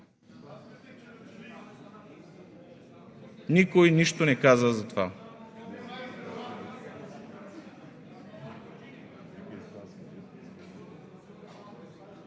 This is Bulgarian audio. Никой нищо не каза за това.